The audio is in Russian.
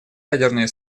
ядерные